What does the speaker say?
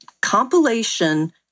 compilation